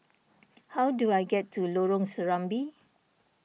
how do I get to Lorong Serambi